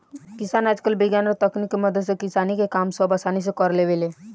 किसान आजकल विज्ञान और तकनीक के मदद से किसानी के काम सब असानी से कर लेवेले